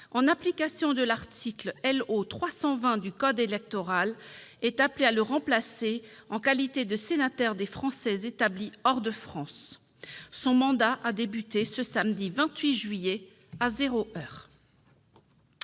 en application de l'article L.O. 320 du code électoral, est appelé à le remplacer en qualité de sénateur des Français établis hors de France. Son mandat a débuté le samedi 28 juillet, à zéro heure.